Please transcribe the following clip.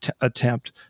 attempt